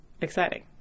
exciting